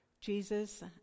Jesus